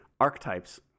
Archetypes